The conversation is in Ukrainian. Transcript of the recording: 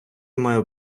маю